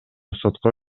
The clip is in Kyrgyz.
сотко